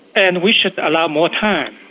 and we should allow more time